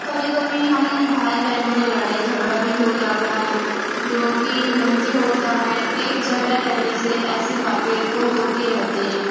کبھی کبھی ہم بھائی بہنوں میں لڑائی جھگڑا بھی ہوجاتا ہے جو کہ وقتی ہوتا ہے ایک جگہ رہنے سے ایسی باتیں تو ہوتی رہتی ہیں